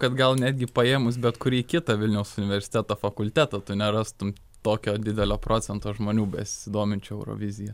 kad gal netgi paėmus bet kurį kitą vilniaus universiteto fakultetą tu nerastum tokio didelio procento žmonių besidominčių eurovizija